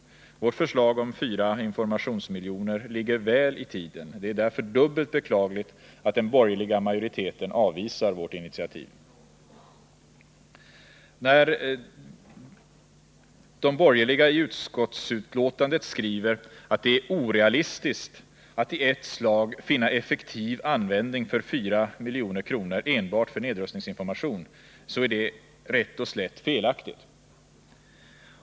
Vårt förslag om 4 informationsmiljoner ligger väl i verksamhetsomtiden. Det är därför dubbelt beklagligt att den borgerliga majoriteten avvisar — ,4de vårt initiativ. När de borgerliga i utskottsbetänkandet skriver att det är orealistiskt att i ett slag finna effektiv användning för 4 milj.kr. enbart för nedrustningsinformation, är det rätt och slätt felaktigt.